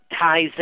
ties